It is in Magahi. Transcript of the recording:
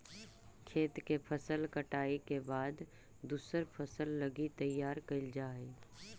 खेत के फसल कटाई के बाद दूसर फसल लगी तैयार कैल जा हइ